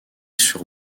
sur